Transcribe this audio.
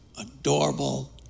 adorable